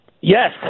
Yes